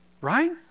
right